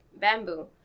bamboo